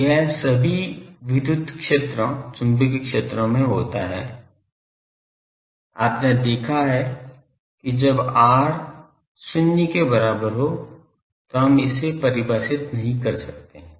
तो यह सभी विद्युत क्षेत्रों चुंबकीय क्षेत्रों में होता है आपने देखा है कि जब r शून्य के बराबर है तो हम इसे परिभाषित नहीं कर सकते हैं